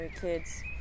kids